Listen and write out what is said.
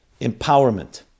Empowerment